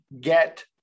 get